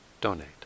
donate